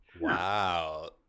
wow